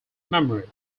memory